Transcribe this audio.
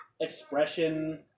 expression